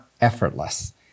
effortless